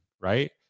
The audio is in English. Right